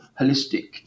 holistic